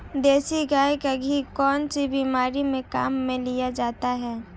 देसी गाय का घी कौनसी बीमारी में काम में लिया जाता है?